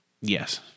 Yes